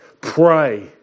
pray